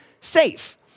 safe